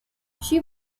she